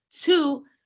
Two